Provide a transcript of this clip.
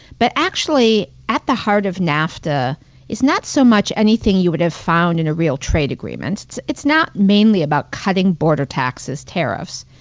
but actually, at the heart of nafta is not so much anything you would have found in a real trade agreement. it's it's not mainly about cutting border taxes, tariffs,